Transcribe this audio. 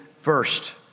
first